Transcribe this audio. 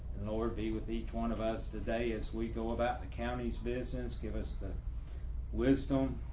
lord be with each one of us today as we go about the county's business, give us the wisdom